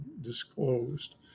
disclosed